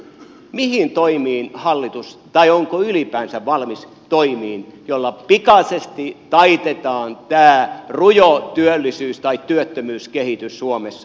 mihin toimiin tai onko hallitus ylipäänsä valmis toimiin joilla pikaisesti taitetaan tämä rujo työttömyyskehitys suomessa